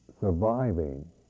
surviving